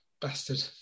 bastard